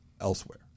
elsewhere